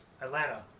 Atlanta